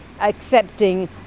accepting